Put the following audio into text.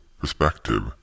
perspective